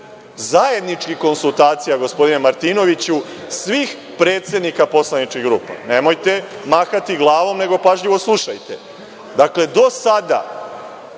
zajedničkih konsultacija, gospodine Martinoviću, svih predsednika poslaničkih grupa. Nemojte mahati glavom, nego pažljivo slušajte. Dakle, do sada